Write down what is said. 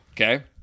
Okay